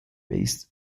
based